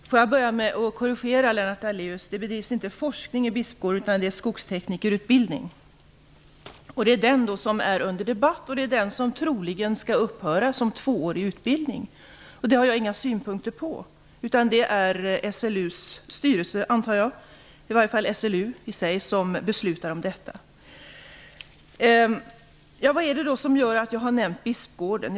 Herr talman! Jag vill börja med att korrigera Lennart Daléus. Det bedrivs inte forskning i Bispgården utan skogsteknikerutbildning. Det är den som är under debatt och som troligen skall upphöra som tvåårig utbildning, och det har jag inga synpunkter på. Det är SLU:s styrelse, eller i varje fall SLU i sig, som beslutar om detta. Vad är det som gör att jag har nämnt Bispgården?